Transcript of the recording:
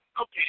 Okay